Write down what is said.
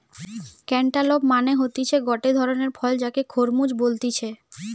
cantaloupe মানে হতিছে গটে ধরণের ফল যাকে খরমুজ বলতিছে